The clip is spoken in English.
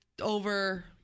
over